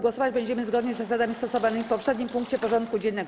Głosować będziemy zgodnie z zasadami stosowanymi w poprzednim punkcie porządku dziennego.